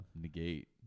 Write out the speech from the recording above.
negate